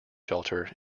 shelter